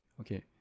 Okay